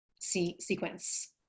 sequence